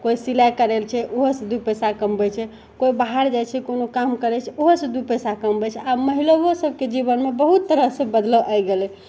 कोइ सिलाइ करै छै ओहो सँ दू पैसा कमबै छै कोइ बाहर जाइ छै कोनो काम करै छै ओहो सँ दू पैसा कमबै छै आब महिलाओ सभके जीवनमे बहुत तरह सँ बदलाव आबि गेलै